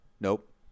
Nope